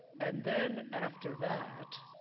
and then after that,